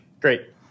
Great